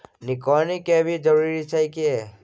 निकौनी के भी जरूरी छै की?